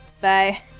bye